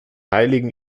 heiligen